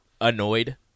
annoyed